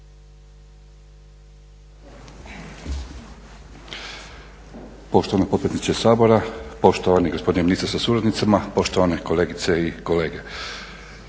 Poštovana potpredsjednice Sabora, poštovani gospodine ministre sa suradnicama, poštovane kolegice i kolege.